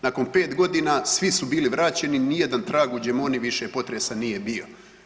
Nakon pet godina svi su bili vraćeni, ni jedan trag u Gemoni više potresa nije bio.